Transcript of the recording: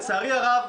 לצערי הרב,